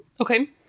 Okay